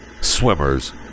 swimmers